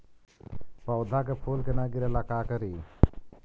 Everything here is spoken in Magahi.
पौधा के फुल के न गिरे ला का करि?